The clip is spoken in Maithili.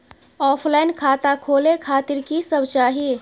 ऑफलाइन खाता खोले खातिर की सब चाही?